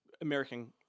American